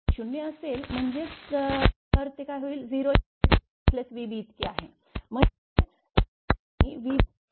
जर 0 असेल म्हणजे तर ते 0 vfvb इतके आहे म्हणजे त्या क्षणी vb vf आहे